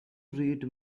read